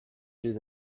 fydd